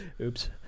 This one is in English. Oops